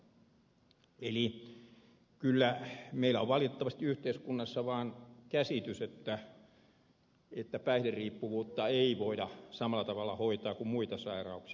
kyllä meillä on valitettavasti yhteiskunnassa vaan käsitys että päihderiippuvuutta ei voida samalla tavalla hoitaa kuin muita sairauksia